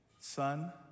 son